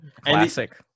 Classic